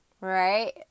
right